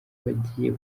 bagiye